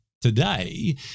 today